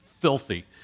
filthy